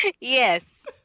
yes